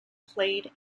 played